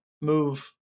move